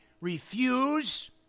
refuse